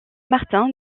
martin